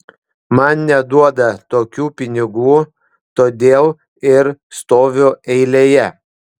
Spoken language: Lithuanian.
man neduoda tokių pinigų todėl ir stoviu eilėje